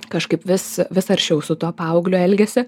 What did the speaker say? kažkaip vis vis aršiau su tuo paaugliu elgesiu